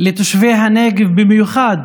לתושבי הנגב, במיוחד